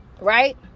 right